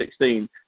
2016